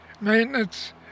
maintenance